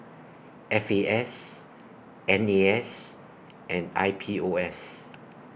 F A S N A S and I P O S